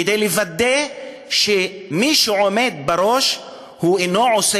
כדי לוודא שמי שעומד בראש אינו עושה